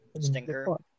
Stinker